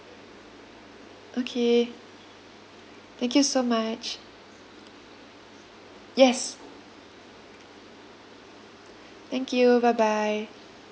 okay thank you so much yes thank you bye bye